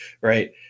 right